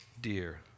dear